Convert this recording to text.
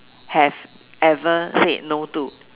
have ever said no to